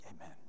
Amen